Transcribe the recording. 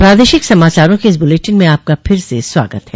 प्रादेशिक समाचारों के इस बुलेटिन में आपका फिर से स्वागत है